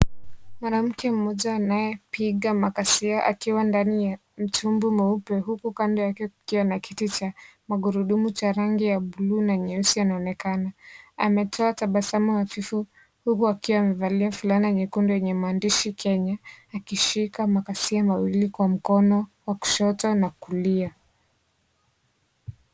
Mwanamke mmoja anaye piga makasia akiwa ndani ya mtumbwi mweupe huku kando yake kukiwa na kiti cha magurudumu cha rangi ya buluu na nyeusi. Anaonekana ametoa tabasamu hafifu huku akiwa amevalia fulani nyekundu yenye maandishi Kenya akishika makasia mawili kwa mkono wa kushoto na kulia.